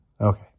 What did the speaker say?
Okay